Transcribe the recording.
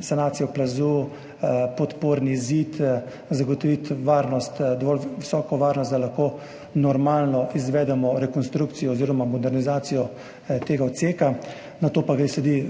sanacijo plazu, podporni zid, zagotoviti dovolj visoko varnost, da lahko normalno izvedemo rekonstrukcijo oziroma modernizacijo tega odseka, nato pa sledi